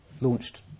launched